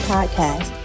Podcast